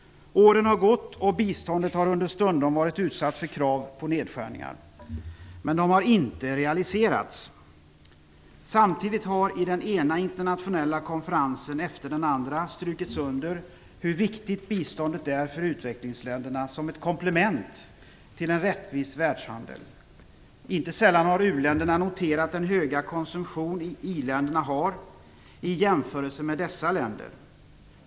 Åren har gått, och biståndet har understundom varit utsatt för krav på nedskärningar. Men de har inte realiserats. Samtidigt har det i den ena internationella konferensen efter den andra strykits under hur viktigt biståndet är för utvecklingsländerna som ett komplement till en rättvis världshandel. Inte sällan har uländerna noterat den höga konsumtion som i-länderna har i jämförelse med dessa länder.